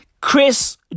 Chris